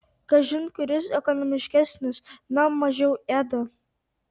kažin kuris ekonomiškesnis na mažiau ėda